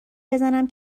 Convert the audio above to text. بزنم